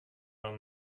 are